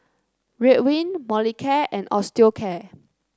Ridwind Molicare and Osteocare